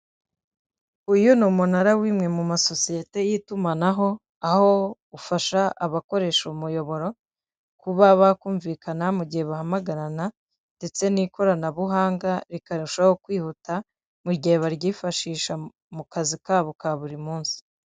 Uyu ni umunara w'imwe mu masosiyete y'itumanaho, aho ufasha abakoresha umuyoboro kuba bakumvikana mu gihe bahamagarana, ndetse n'ikoranabuhanga rikarushaho kwihuta mu gihe baryifashisha mu kazi kabo ka buri munsi.